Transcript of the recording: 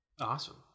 awesome